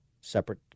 separate